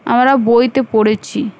আমরা বইতে পড়েছি